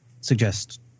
Suggest